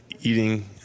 eating